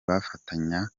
bafatanya